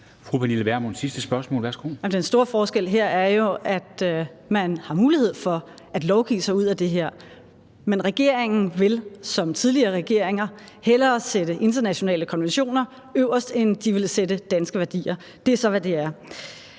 Pernille Vermund (NB): Men den store forskel her er jo, at man har mulighed for at lovgive sig ud af det her. Men regeringen vil som tidligere regeringer hellere sætte internationale konventioner øverst end de danske værdier – det er så, hvad det er.